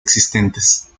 existentes